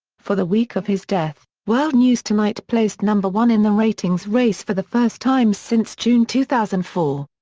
for the week of his death, world news tonight placed number one in the ratings race for the first time since june two thousand and four.